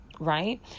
right